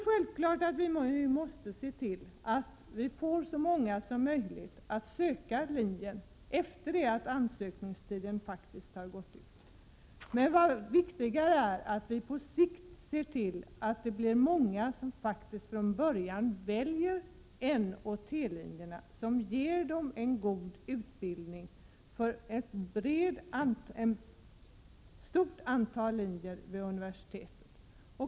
Självfallet måste vi se till att så många som möjligt söker till linjen efter ansökningstidens utgång. Men än viktigare är att se till att många väljer N och T-linjerna, som ger en god utbildning och ger inträdesmöjligheter till ett stort antal linjer vid universiteten.